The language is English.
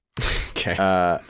Okay